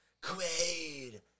Quade